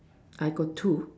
I got two